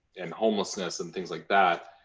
and homelessness and things like that.